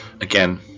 Again